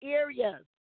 areas